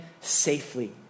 safely